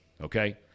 Okay